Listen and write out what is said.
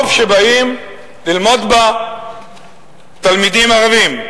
טוב שבאים ללמוד בה תלמידים ערבים.